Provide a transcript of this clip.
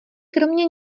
kromě